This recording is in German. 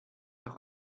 doch